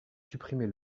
supprimez